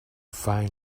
find